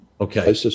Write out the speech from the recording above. okay